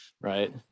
right